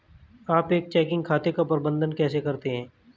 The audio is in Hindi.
आप एक चेकिंग खाते का प्रबंधन कैसे करते हैं?